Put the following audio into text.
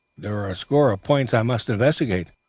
there are a score of points i must investigate,